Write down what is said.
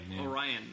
Orion